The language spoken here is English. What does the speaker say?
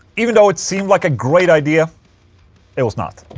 even though it seemed like a great idea it was not